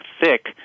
thick